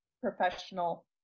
professional